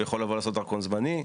הוא יכול לבוא לעשות דרכון זמני.